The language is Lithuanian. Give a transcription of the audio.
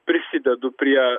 prisidedu prie